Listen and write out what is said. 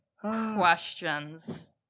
questions